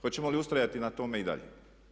Hoćemo li ustrajati na tome i dalje?